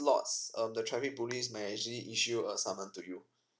lots um the traffic police may actually issue a summon to you